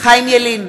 חיים ילין,